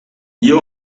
you